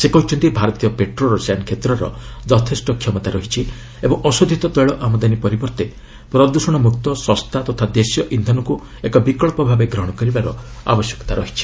ସେ କହିଛନ୍ତି ଭାରତୀୟ ପେଟ୍ରୋ ରସାୟନ କ୍ଷେତ୍ରର ଯଥେଷ୍ଟ କ୍ଷମତା ରହିଛି ଏବଂ ଅଶୋଧିତ ତୈଳ ଆମଦାନୀ ପରିବର୍ତ୍ତେ ପ୍ରଦୃଷଣମୁକ୍ତ ଶସ୍ତା ତଥା ଦେଶୀୟ ଇନ୍ଧନକୁ ଏକ ବିକ୍ସ ଭାବେ ଗ୍ରହଣ କରିବାର ଆବଶ୍ୟକତା ରହିଛି